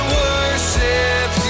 worship